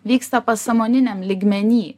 vyksta pasąmoningam lygmeny